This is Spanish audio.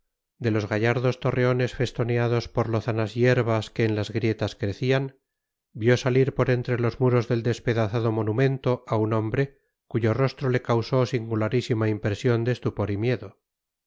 de los gallardos torreones festoneados por lozanas hierbas que en las grietas crecían vio salir por entre los muros del despedazado monumento a un hombre cuyo rostro le causó singularísima impresión de estupor y miedo